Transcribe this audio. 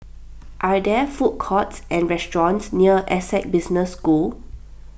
are there food courts and restaurants near Essec Business School